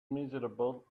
miserable